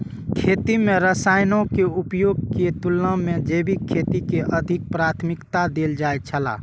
खेती में रसायनों के उपयोग के तुलना में जैविक खेती के अधिक प्राथमिकता देल जाय छला